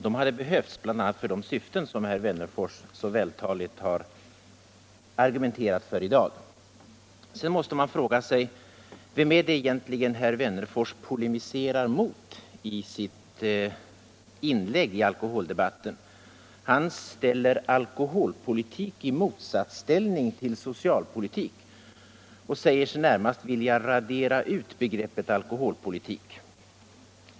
De hade behövts, bl.a. för de syften som herr Wennerfors så vältaligt argumenterat för i dag. Sedan måste man fråga sig vem herr Wennerfors egentligen polemiserar emot i sitt inlägg i alkoholdebatten. Han ställer alkoholpolitik i motsatsställning till socialpolitik, och säger sig närmast vilja radera ut begreppet alkoholpolitik.